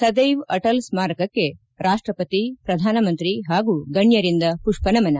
ಸದ್ಲೆವ್ ಅಟಲ್ ಸ್ನಾರಕಕ್ಕೆ ರಾಷ್ಲಪತಿ ಪ್ರಧಾನ ಮಂತ್ರಿ ಹಾಗೂ ಗಣ್ಣರಿಂದ ಪುಷ್ವ ನಮನ